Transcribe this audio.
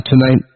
tonight